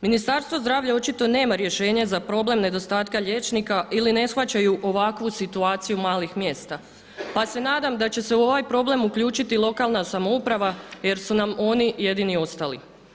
Ministarstvo zdravlja očito nema rješenje za problem nedostatka liječnika ili ne shvaćaju ovakvu situaciju malih mjesta pa se nadam da će se u ovaj problem uključiti lokalna samouprava jer su nam oni jedini ostali.